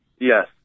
Yes